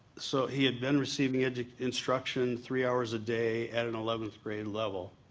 so he had been receiving yeah instruction three hours a day at an eleventh grade level.